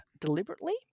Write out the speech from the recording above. deliberately